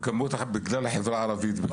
בכמות בגלל החברה הערבית.